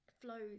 flows